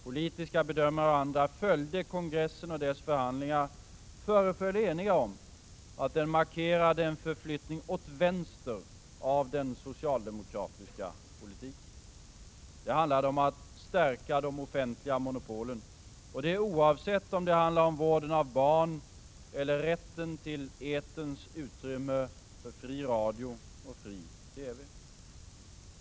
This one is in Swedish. Politiska bedömare och andra som nära följde kongressen och dess förhandlingar föreföll eniga om att den markerade en förflyttning åt vänster av den socialdemokratiska politiken. Det handlade om att stärka de offentliga monopolen, och det oavsett om det handlar om vården av barn eller rätten till eterns utrymme för fri radio och TV.